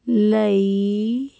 ਲਈ